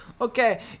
Okay